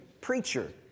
preacher